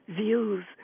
views